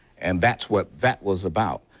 and that's what that was about.